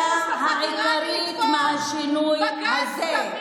שאני בהכרח לא מזלזלת בהפיכה הזו.